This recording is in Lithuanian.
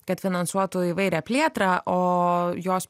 kad finansuotų įvairią plėtrą o jos